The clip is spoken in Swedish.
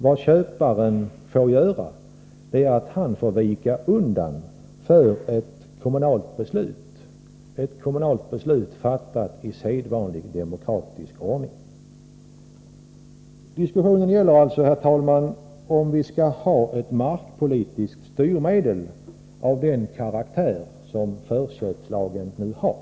Vad köparen får göra är att vika undan för ett kommunalt beslut — fattat i sedvanlig demokratisk ordning. Diskussionen gäller alltså, herr talman, för det första om vi skall ha ett markpolitiskt styrmedel av den karaktär som förköpslagen nu har.